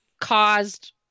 caused-